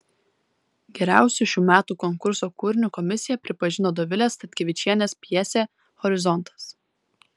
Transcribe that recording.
geriausiu šių metų konkurso kūriniu komisija pripažino dovilės statkevičienės pjesę horizontas